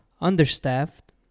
understaffed